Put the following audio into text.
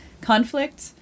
conflict